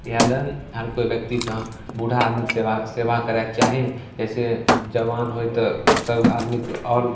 इएह ले हर कोइ व्यक्तिके बूढ़ा आदमीके सेवा सेवा करैके चाही जइसे जवान होइ तब सब आदमीके आओर